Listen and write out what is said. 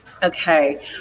Okay